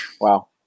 Wow